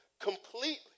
completely